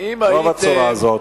לא בצורה הזאת.